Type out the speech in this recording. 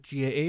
GAA